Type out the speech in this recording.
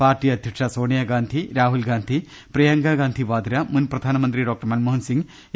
party അധ്യക്ഷ സോണിയാഗാന്ധി രാഹുൽഗാന്ധി പ്രിയങ്കഗാന്ധി വധ്ര മുൻ പ്രധാനമന്ത്രി ഡോക്ടർ മൻമോഹൻസിംഗ് എ